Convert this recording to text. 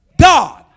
God